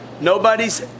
Nobody's